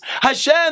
Hashem